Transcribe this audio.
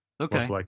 Okay